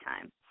time